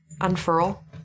unfurl